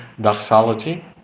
doxology